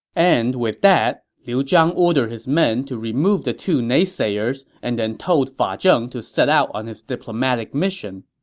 and with that, liu zhang ordered his men to remove the two naysayers and then told fa zheng to set out on his diplomatic mission.